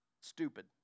stupid